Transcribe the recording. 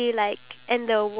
you